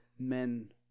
Men